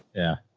yeah.